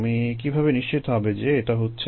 তুমি কীভাবে নিশ্চিত হবে যে এটা হচ্ছে